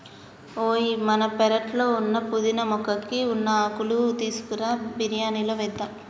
ఓయ్ మన పెరట్లో ఉన్న పుదీనా మొక్కకి ఉన్న ఆకులు తీసుకురా బిరియానిలో వేద్దాం